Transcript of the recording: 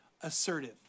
assertive